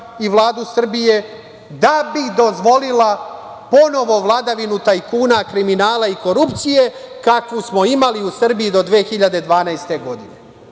i Vladu Srbije, da bi dozvolila ponovo vladavinu tajkuna, kriminala i korupcije, kakvu smo imali u Srbiji do 2012. godine. Mi